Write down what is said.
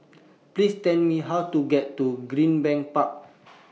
Please Tell Me How to get to Greenbank Park